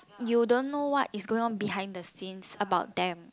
you don't know what is going on behind the scenes about them